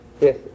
Yes